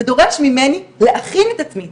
זה דורש ממני להכין את עצמי.